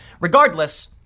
regardless